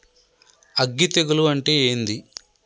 అగ్గి తెగులు అంటే ఏంది?